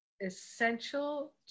essential